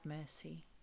mercy